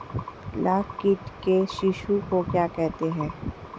लाख कीट के शिशु को क्या कहते हैं?